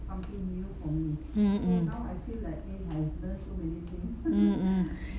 mm mm mm mm